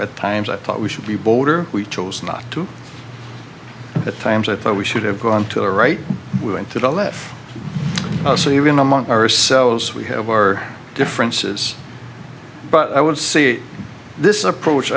at times i thought we should be bolder we chose not to at times i thought we should have gone to the right we went to the left so you're in amongst ourselves we have our differences but i would say this approach